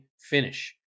finish